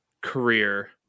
career